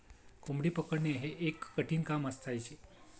कोंबडी पकडणे हे एक कठीण काम असायचे